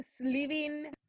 living